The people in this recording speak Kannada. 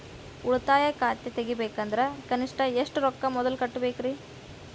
ಉಳಿತಾಯ ಖಾತೆ ತೆಗಿಬೇಕಂದ್ರ ಕನಿಷ್ಟ ಎಷ್ಟು ರೊಕ್ಕ ಮೊದಲ ಕಟ್ಟಬೇಕ್ರಿ?